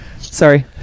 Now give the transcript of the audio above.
sorry